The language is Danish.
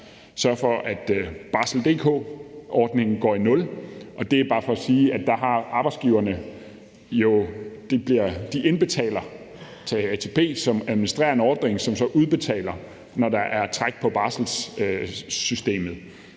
sørge for, at Barsel.dk-ordningen går i nul. Det er bare for at sige, at der indbetaler arbejdsgiverne til ATP, som administrerer en ordning, som så udbetaler, når der er træk på barselssystemet.